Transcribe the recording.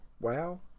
Wow